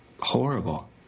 horrible